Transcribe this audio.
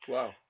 Wow